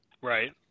Right